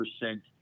percent